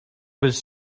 was